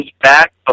back